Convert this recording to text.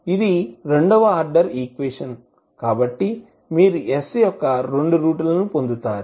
ఇది రెండవ order equation కాబట్టి మీరు s యొక్క రెండు రూట్ లను పొందుతారు